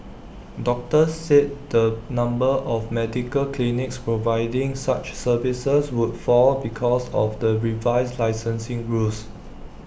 doctors said the number of medical clinics providing such services would fall because of the revised licensing rules